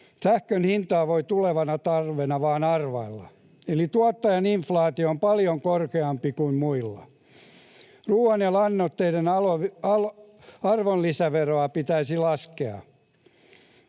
sähkön hintaa voi tulevana talvena vaan arvailla, eli tuottajan inflaatio on paljon korkeampi kuin muilla. Ruuan ja lannoitteiden arvonlisäveroa pitäisi laskea.